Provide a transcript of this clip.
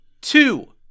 two